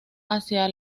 hacia